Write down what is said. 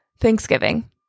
Thanksgiving